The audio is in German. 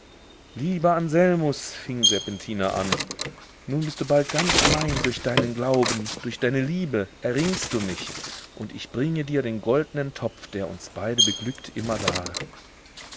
lieber anselmus fing serpentina an nun bist du bald ganz mein durch deinen glauben durch deine liebe erringst du mich und ich bringe dir den goldnen topf der uns beide beglückt immerdar